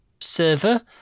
server